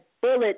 bullet